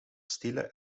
stille